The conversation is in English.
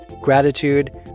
gratitude